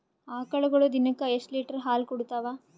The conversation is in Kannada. ಆಕಳುಗೊಳು ದಿನಕ್ಕ ಎಷ್ಟ ಲೀಟರ್ ಹಾಲ ಕುಡತಾವ?